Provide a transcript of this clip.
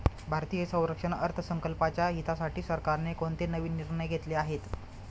भारतीय संरक्षण अर्थसंकल्पाच्या हितासाठी सरकारने कोणते नवीन निर्णय घेतले आहेत?